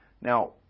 Now